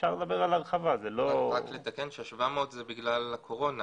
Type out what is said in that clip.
אפשר לדבר על הרחבה רק לתקן ולומר שה-700 זה בגלל הקורונה.